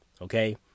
Okay